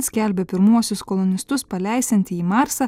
skelbė pirmuosius kolonistus paleisianti į marsą